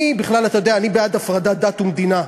אני בכלל, אתה יודע, אני בעד הפרדת דת ומדינה.